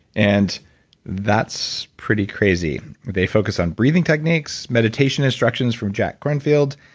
and that's pretty crazy. they focus on breathing techniques, meditation instructions from jack kornfield,